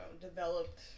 developed